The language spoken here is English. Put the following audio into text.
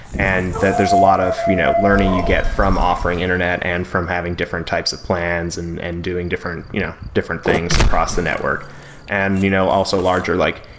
and that there's a lot of you know learning you get from offering internet and from having different types of plans and and doing different you know different things across the network and you know also larger like,